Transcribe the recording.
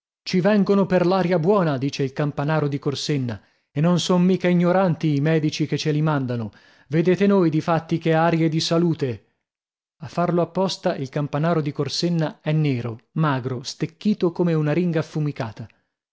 ci vengono per l'aria buona dice il campanaro di corsenna e non son mica ignoranti i medici che ce li mandano vedete noi di fatti che arie di salute a farlo a posta il campanaro di corsenna è nero magro stecchito come un'aringa affumicata